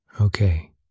Okay